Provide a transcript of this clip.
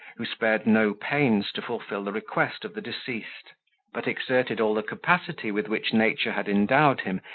who spared no pains to fulfil the request of the deceased but exerted all the capacity with which nature had endowed him,